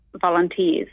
volunteers